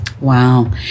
Wow